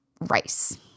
rice